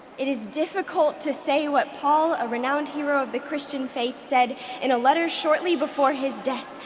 it is difficult to say what paul, a renowned hero of the christian faith, said in a letter shortly before his death,